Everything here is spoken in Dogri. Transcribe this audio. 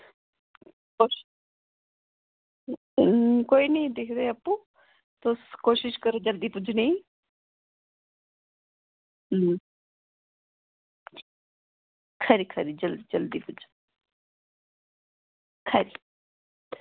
कोई निं दिखदे आपूं तुस कोशश करो जल्दी पुज्जने दी खरी खरी जल्दी जल्दी पुज्जो खरी